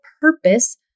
purpose